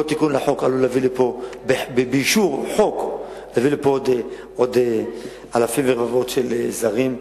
כל תיקון לחוק עלול להביא לפה באישור עוד אלפי רבבות של זרים.